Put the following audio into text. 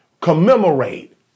commemorate